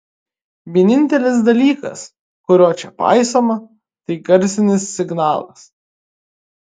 vienintelis dalykas kurio čia paisoma tai garsinis signalas